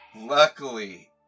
Luckily